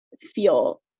feel